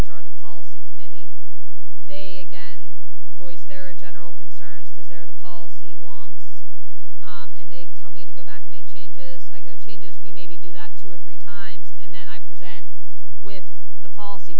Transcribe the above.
which are the policy committee they again voice their general concerns because they're the policy wonks and they tell me to go back make changes i go changes we maybe do that two or three times and then i present with the policy